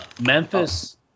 Memphis